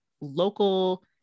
local